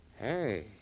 Hey